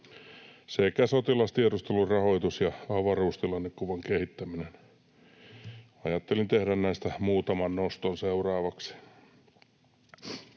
sekä sotilastiedustelun rahoitus ja avaruustilannekuvan kehittäminen. Ajattelin tehdä näistä muutaman noston seuraavaksi.